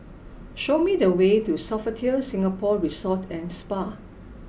show me the way to Sofitel Singapore Resort and Spa